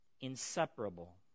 inseparable